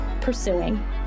pursuing